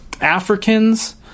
Africans